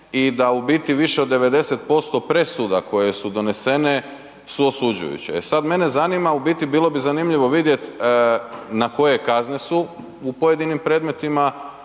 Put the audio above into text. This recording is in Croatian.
i da u biti više od 90% presuda koje su donesene su osuđujuće. E sad mene zanima, u biti bilo bi zanimljivo vidjet na koje kazne su u pojedinim predmetima